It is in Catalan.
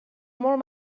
molt